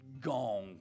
gong